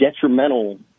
detrimental